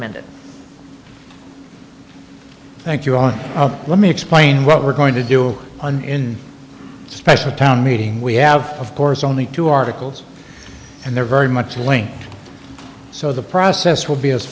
amended thank you on let me explain what we're going to do and in special town meeting we have of course only two articles and they're very much linked so the process will be as